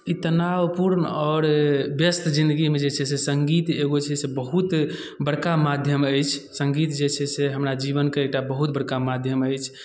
ई तनावपूर्ण आओर व्यस्त जिन्दगीमे जे छै से सङ्गीत एगो जे छै से बहुत बड़का माध्यम अछि सङ्गीत जे छै से हमरा जीवनके एकटा बहुत बड़का माध्यम अछि